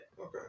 Okay